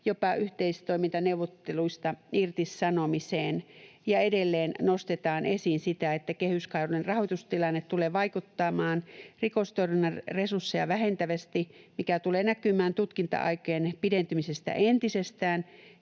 jopa yhteistoimintaneuvotteluista irtisanomiseen, ja edelleen nostetaan esiin sitä, että kehyskauden rahoitustilanne tulee vaikuttamaan rikostorjunnan resursseihin vähentävästi, mikä tulee näkymään tutkinta-aikojen pidentymisinä entisestään